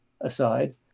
aside